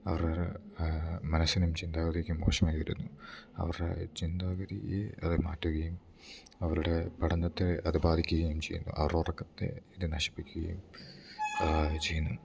അവരുടെ മനസ്സിനും ചിന്താഗതിക്കും ദോഷമായി വരുന്നു അവരുടെ ചിന്താഗതിയെ അത് മാറ്റുകയും അവരുടെ പഠനത്തെ അത് ബാധിക്കുകയും ചെയ്യുന്നു അവരുടെ ഉറക്കത്തെ അത് നശിപ്പിക്കുകയും ചെയ്യുന്നു